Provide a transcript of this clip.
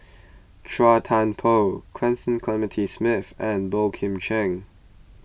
Chua Thian Poh Cecil Clementi Smith and Boey Kim Cheng